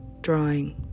drawing